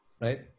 right